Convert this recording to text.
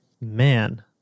Man